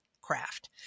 craft